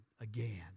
again